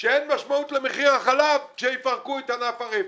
שאין משמעות למחיר החלב כשיפרקו את ענף הרפת.